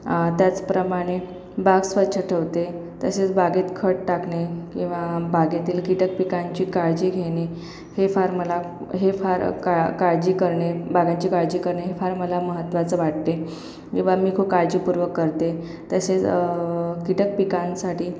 त्याचप्रमाणे बाग स्वच्छ ठेवते तसेच बागेत खत टाकणे किंवा बागेतील कीटक पिकांची काळजी घेणे हे फार मला हे फार काळजी करणे बागांची काळजी करणे हे फार मला महत्त्वाचे वाटते किंवा मी खूप काळजीपूर्वक करते तसेच कीटक पिकांसाठी